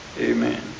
Amen